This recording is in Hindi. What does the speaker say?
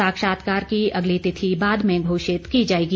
साक्षात्कार की अगली तिथि बाद में घोषित की जाएगी